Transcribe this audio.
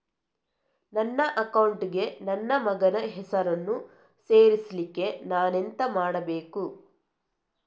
ನನ್ನ ಅಕೌಂಟ್ ಗೆ ನನ್ನ ಮಗನ ಹೆಸರನ್ನು ಸೇರಿಸ್ಲಿಕ್ಕೆ ನಾನೆಂತ ಮಾಡಬೇಕು?